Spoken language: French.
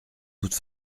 doute